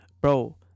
bro